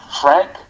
Frank